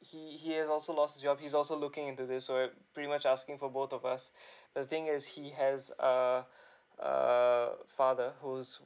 he he has also lost job he's also looking into this so pretty much asking for both of us the thing is he has a a father who's